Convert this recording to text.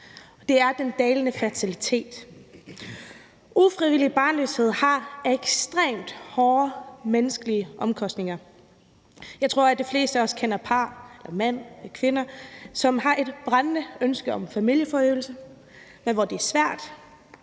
Det er den dalende fertilitet. Ufrivillig barnløshed har ekstremt hårde menneskelige omkostninger. Jeg tror, at de fleste af os kender par, mænd eller kvinder, som har et brændende ønske om familieforøgelse, men hvor det er svært,